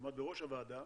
שעמד בראש הוועדה,